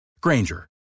Granger